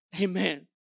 amen